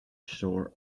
sore